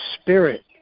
spirit